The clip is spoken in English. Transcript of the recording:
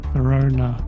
Verona